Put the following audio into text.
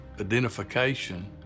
identification